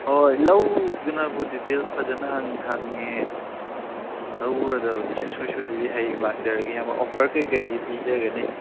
ꯍꯣꯏ ꯂꯧꯒꯦꯅꯕꯨ ꯗꯤꯇꯦꯜꯁ ꯐꯖꯅ ꯍꯪꯉꯦ ꯂꯧꯒꯗꯕꯅꯤ ꯁꯨꯡꯁꯣꯏ ꯁꯣꯏꯗꯕꯤ ꯍꯌꯦꯡ ꯂꯥꯛꯆꯔꯒꯦ ꯏꯌꯥꯝꯕ ꯑꯣꯐꯔ ꯀꯔꯤ ꯀꯔꯤꯗꯤ ꯄꯤꯖꯒꯅꯤ